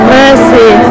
mercy